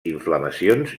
inflamacions